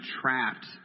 trapped